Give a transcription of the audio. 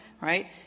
right